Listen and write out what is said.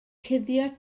cuddio